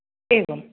एवम्